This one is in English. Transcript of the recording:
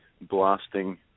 blasting